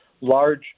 large